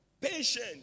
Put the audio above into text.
Patient